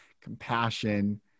compassion